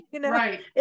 right